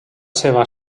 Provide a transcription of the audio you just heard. seva